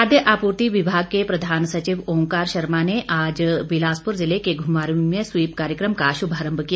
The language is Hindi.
खाद्य आपूर्ति विभाग के प्रधान सचिव ओंकार शर्मा ने आज बिलासपुर जिले के घुमारवीं में स्वीप कार्यक्रम का शुभारंभ किया